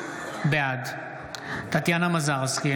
בעד טטיאנה מזרסקי,